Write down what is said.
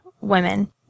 women